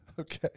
okay